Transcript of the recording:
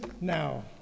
now